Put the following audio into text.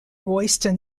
royston